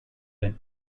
been